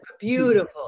beautiful